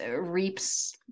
reaps